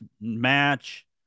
match